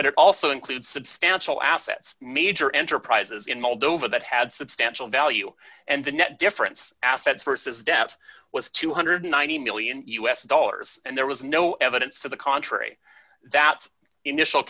but it also includes substantial assets major enterprises in moldova that had substantial value and the net difference assets versus debt was two hundred and ninety million dollars u s dollars and there was no evidence to the contrary that initial